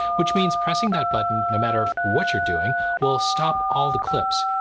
which means pressing that button no matter what you're doing will stop all the clips.